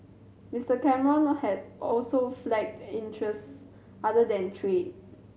Mister Cameron had also flagged interests other than trade